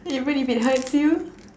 even if it hurts you